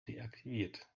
deaktiviert